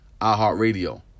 iHeartRadio